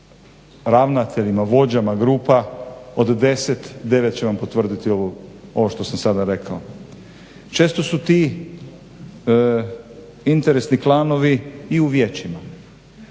ravnateljima, vođama grupa od 10, 9 će vam potvrditi ovo što sam sada rekao. Često su ti interesni klanovi i u vijećima.